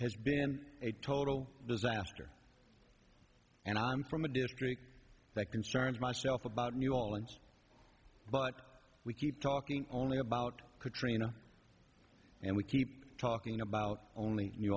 has been a total disaster and i'm from a district that concerns myself about new orleans but we keep talking only about katrina and we keep talking about only